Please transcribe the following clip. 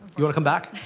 you know to come back?